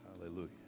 Hallelujah